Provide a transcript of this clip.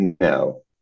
No